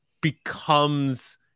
becomes